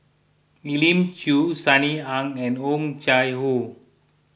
Elim Chew Sunny Ang and Oh Chai Hoo